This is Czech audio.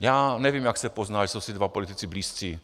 Já nevím, jak se pozná, že jsou si dva politici blízcí.